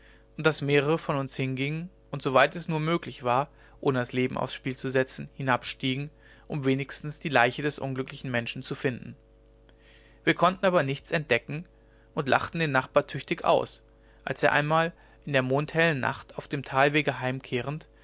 und daß mehrere von uns hingingen und soweit es nur möglich war ohne das leben aufs spiel zu setzen hinabstiegen um wenigstens die leiche des unglücklichen menschen zu finden wir konnten aber nichts entdecken und lachten den nachbar tüchtig aus als er einmal in der mondhellen nacht auf dem talwege heimkehrend